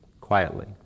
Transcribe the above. quietly